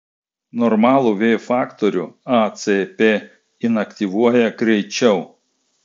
normalų v faktorių acp inaktyvuoja greičiau